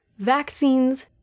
vaccines